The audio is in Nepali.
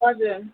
हजुर